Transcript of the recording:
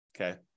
okay